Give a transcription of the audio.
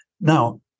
Now